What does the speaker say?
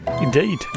Indeed